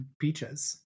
peaches